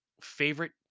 favorite